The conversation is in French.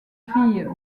filles